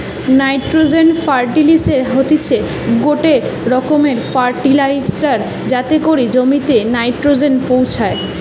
nitrogen ফার্টিলিসের হতিছে গটে রকমের ফার্টিলাইজার যাতে করি জমিতে নাইট্রোজেন পৌঁছায়